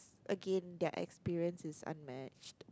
again their experience is unmatched